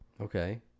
Okay